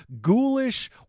ghoulish